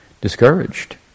discouraged